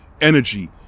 Energy